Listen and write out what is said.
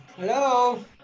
Hello